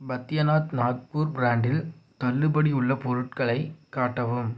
பத்யநாத் நாக்பூர் ப்ராண்டில் தள்ளுபடி உள்ள பொருட்களை காட்டவும்